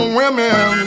women